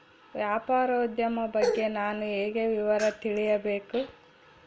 ವ್ಯಾಪಾರೋದ್ಯಮ ಬಗ್ಗೆ ನಾನು ಹೇಗೆ ವಿವರ ತಿಳಿಯಬೇಕು?